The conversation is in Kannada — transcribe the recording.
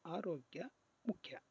ಆರೋಗ್ಯ ಮುಖ್ಯ